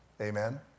Amen